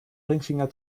ringfinger